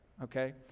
Okay